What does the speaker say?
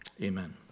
amen